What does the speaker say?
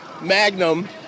Magnum